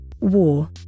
War